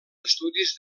estudis